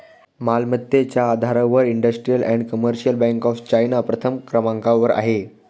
मालमत्तेच्या आधारावर industrial and commercial bank of China प्रथम क्रमांकावर आहे